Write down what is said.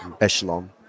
Echelon